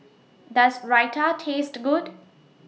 Does Raita Taste Good